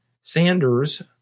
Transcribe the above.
Sanders